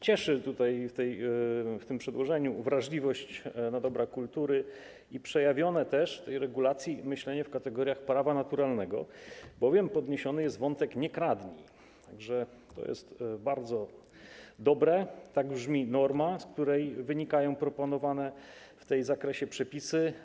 Cieszy w tym przedłożeniu wrażliwość na dobra kultury i przejawione w tej regulacji myślenie w kategoriach prawa naturalnego, bowiem podniesiony jest wątek „nie kradnij”, tak że to jest bardzo dobre, tak brzmi norma, z której wynikają proponowane w tym zakresie przepisy.